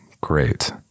great